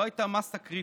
לא הייתה מאסה קריטית.